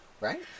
Right